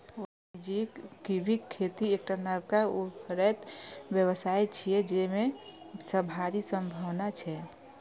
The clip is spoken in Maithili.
वाणिज्यिक कीवीक खेती एकटा नबका उभरैत व्यवसाय छियै, जेमे भारी संभावना छै